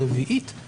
הוא בחירה מאחד מאלה.